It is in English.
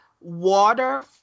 Water